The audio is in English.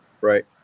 Right